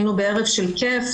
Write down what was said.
היינו בערב של כיף,